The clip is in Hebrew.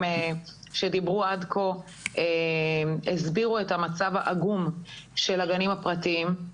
שדיברו עד כה הסבירו את המצב העגום של הגנים הפרטיים.